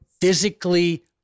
physically